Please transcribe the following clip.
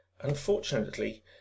Unfortunately